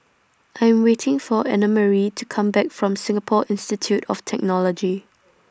I Am waiting For Annamarie to Come Back from Singapore Institute of Technology